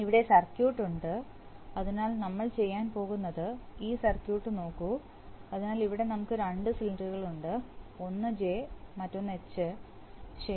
ഇവിടെ സർക്യൂട്ട് ഉണ്ട് അതിനാൽ നമ്മൾ ചെയ്യാൻ പോകുന്നത് ഈ സർക്യൂട്ട് നോക്കൂ അതിനാൽ ഇവിടെ നമുക്ക് രണ്ട് സിലിണ്ടറുകളുണ്ട് ഒന്ന് ജെ മറ്റൊന്ന് എച്ച് ശരി